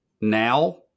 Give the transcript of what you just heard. now